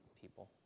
people